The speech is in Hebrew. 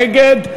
נגד,